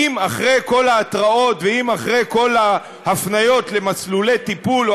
אם אחרי כל ההתראות ואם אחרי כל הפניות למסלולי טיפול או